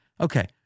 Okay